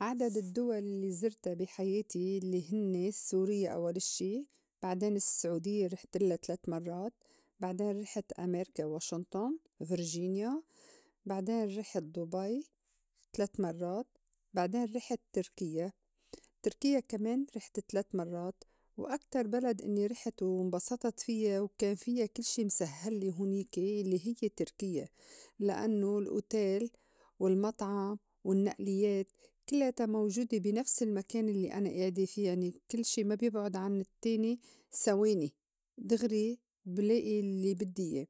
عدد الدّول الّي زرتا بحياتي يلّي هنيّ: سوريّا أوّل شي، بعدين السعوديّة رحتلّا تلات مرّات، بعدين رحت أميركا واشنطُن virginia، بعدين رحت دُبي تلات مرّات، بعديت رحت تركيّا، تركيّا كمان رحت تلات مرّات. وأكتر بلد إنّي رحت وانبسطت فيّا وكان فيّا كل شي مسهلّي هونيكي لي هيّ تركيّا لأنّو الأوتيل والمطعم والنّئليّات كلّياتا موجودة بنفس المكان الّي أنا آعدي في يعني كل شي ما بيبعُد عن التّاني سواني دغري بلائي الّي بدّي إياه.